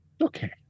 Okay